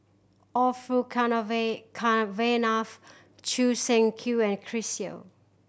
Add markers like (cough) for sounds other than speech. Orfeur (unintelligible) Cavenagh Choo Seng Quee and Chris Yeo